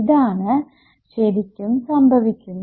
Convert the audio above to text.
ഇതാണ് ശരിക്കും സംഭവിക്കുന്നത്